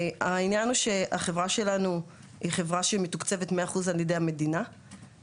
העניין הוא שהחברה שלנו היא חברה שמתוקצבת 100% על ידי המדינה,